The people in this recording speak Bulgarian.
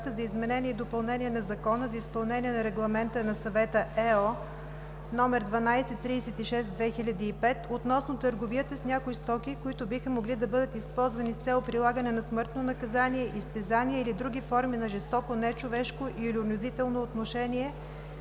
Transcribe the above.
за изменение и допълнение на Закона за изпълнение на Регламент на Съвета (ЕО) № 1236/2005 относно търговията с някои стоки, които биха могли да бъдат използвани с цел прилагане на смъртно наказание, изтезания или други форми на жестоко, нечовешко или унизително отнасяне